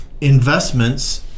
investments